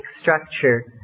structure